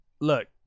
look